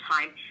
time